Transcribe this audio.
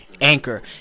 Anchor